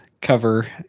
cover